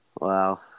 Wow